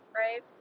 right